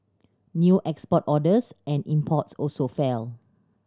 new export orders and imports also fell